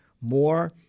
more